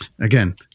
again